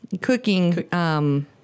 Cooking